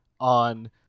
on